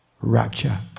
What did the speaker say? Rapture